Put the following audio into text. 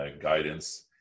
guidance